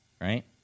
right